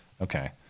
okay